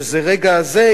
שזה הרגע הזה,